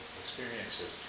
experiences